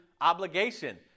obligation